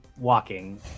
walking